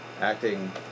Acting